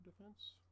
defense